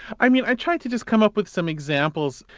um yeah i tried to just come up with some examples.